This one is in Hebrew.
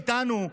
איתנו,